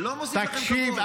תקשיב.